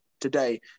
today